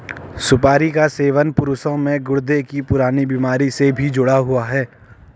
सुपारी का सेवन पुरुषों में गुर्दे की पुरानी बीमारी से भी जुड़ा हुआ है